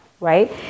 right